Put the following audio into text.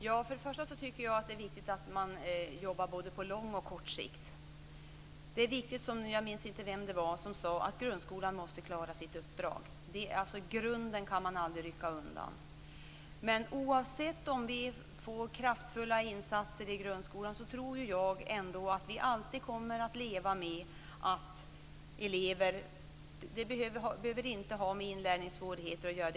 Herr talman! Jag tycker att det är viktigt att man jobbar både på lång och kort sikt. Det är viktigt - jag vet inte vem det var som sade det - att grundskolan klarar sitt uppdrag. Grunden kan man aldrig rycka undan. Oavsett om vi får kraftfulla insatser i grundskolan eller ej tror jag att vi ändå alltid kommer att leva med att vi på olika sätt måste stödja elever. Det behöver inte ha med inlärningssvårigheter att göra.